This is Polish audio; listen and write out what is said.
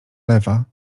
lewa